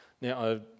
Now